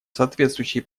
соответствующие